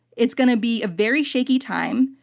it's going to be a very shaky time.